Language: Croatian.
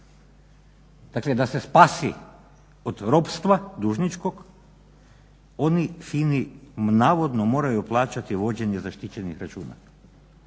Dakle, da se spasi od ropstva dužničkog oni FINA-i navodno moraju plaćati vođenje zaštićenih računa.